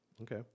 okay